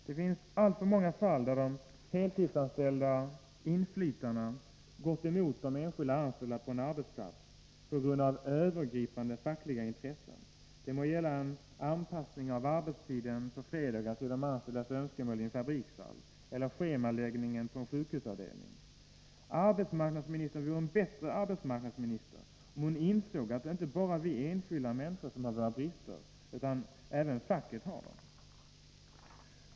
Det finns alltför många fall där de heltidsanställda ”inflytarna” gått emot de enskilda anställda på en arbetsplats på grund av ”övergripande” fackliga intressen, det må gälla i en fabrikshall anpassning av arbetstiden på fredagar till de anställdas önskemål eller schemaläggningen på en sjukhusavdelning. Arbetsmarknadsministern vore en bättre arbetsmark nadsminister om hon insåg att det inte bara är vi enskilda människor som har våra brister utan även facket.